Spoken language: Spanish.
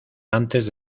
antes